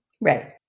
Right